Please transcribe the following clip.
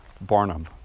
Barnum